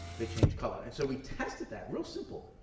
they change color. and so we tested that, real simple.